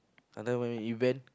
under maybe event